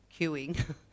queuing